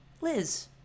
Liz